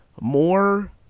more